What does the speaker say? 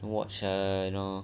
watch err